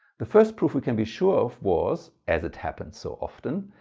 the first proof we can be sure of was, as it happened so often,